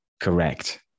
Correct